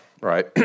right